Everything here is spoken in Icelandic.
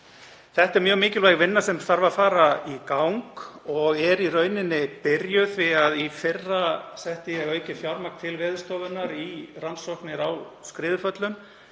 Þetta er mjög mikilvæg vinna sem þarf að fara í gang og er í rauninni byrjuð því að í fyrra setti ég aukið fjármagn til Veðurstofunnar í rannsóknir á skriðuföllum